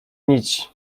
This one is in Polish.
nić